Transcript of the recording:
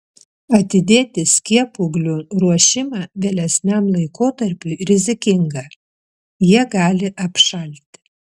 atidėti skiepūglių ruošimą vėlesniam laikotarpiui rizikinga jie gali apšalti